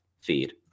feed